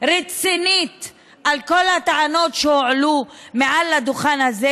רצינית על כל הטענות שהועלו מעל הדוכן הזה?